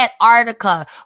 Antarctica